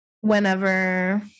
whenever